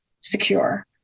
secure